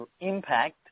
impact